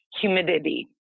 humidity